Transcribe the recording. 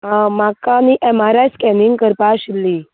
आं म्हाका न्ही एम आर आय स्केनिंग करपा आशिल्ली